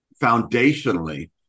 foundationally